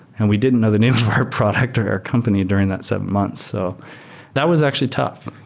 and we didn't know the name of our product or our company during that seven months. so that was actually tough.